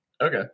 Okay